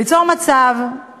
ליצור מצב,